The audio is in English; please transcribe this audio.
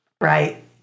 right